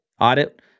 Audit